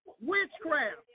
Witchcraft